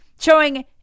showing